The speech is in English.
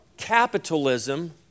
Capitalism